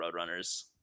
Roadrunners